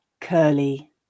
curly